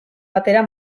batera